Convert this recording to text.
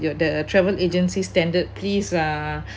your the travel agency standard please uh